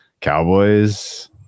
Cowboys